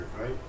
right